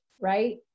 right